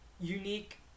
unique